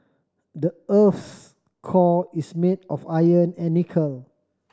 the earth's core is made of iron and nickel